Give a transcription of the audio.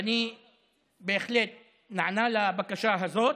ואני בהחלט נענה לבקשה הזאת.